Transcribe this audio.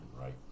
right